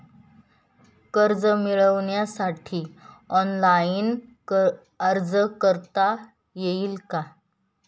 कर्ज मिळविण्यासाठी ऑनलाइन अर्ज करता येईल का?